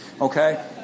Okay